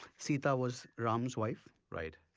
sita was ram's wife right,